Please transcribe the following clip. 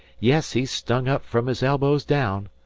yes, he's stung up from his elbows down.